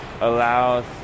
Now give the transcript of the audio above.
allows